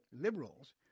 Liberals